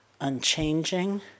unchanging